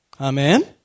Amen